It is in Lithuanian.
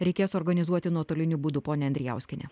reikės organizuoti nuotoliniu būdu ponia andrijauskiene